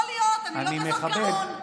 יכול להיות, אני לא כזאת גאון.